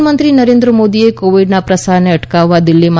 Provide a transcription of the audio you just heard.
પ્રધાનમંત્રી નરેન્દ્ર મોદીએ કોવિડના પ્રસારને અટકાવવા દિલ્હીમાં